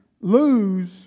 lose